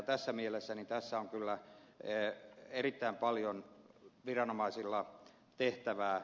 tässä mielessä tässä on kyllä erittäin paljon viranomaisilla tehtävää